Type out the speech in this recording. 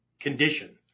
condition